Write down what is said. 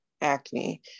acne